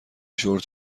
شورت